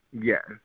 Yes